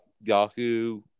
Yahoo